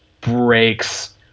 breaks